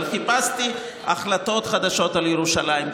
אבל חיפשתי החלטות חדשות על ירושלים.